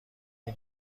این